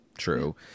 True